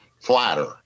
flatter